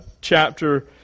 chapter